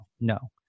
No